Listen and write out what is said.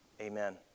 Amen